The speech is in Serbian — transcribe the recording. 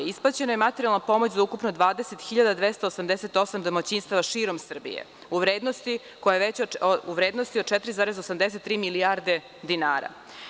Isplaćena je materijalna pomoć za ukupno 20 hiljada 288 domaćinstava širom Srbije u vrednosti koja je veća od 4, 83 milijarde dinara.